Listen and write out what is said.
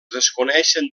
desconeixen